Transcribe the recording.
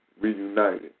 Reunited